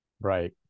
Right